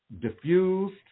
diffused